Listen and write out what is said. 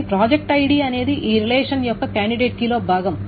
కానీ project ID అనేది ఈ రిలేషన్ యొక్క కాండిడేట్ కీలో భాగం